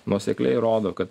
nuosekliai rodo kad